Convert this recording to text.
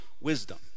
wisdom